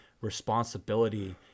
responsibility